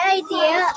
idea